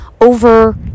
over